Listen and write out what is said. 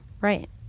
Right